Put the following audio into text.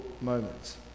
moments